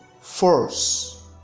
force